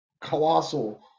colossal